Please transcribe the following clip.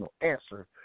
answer